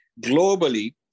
globally